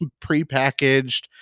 prepackaged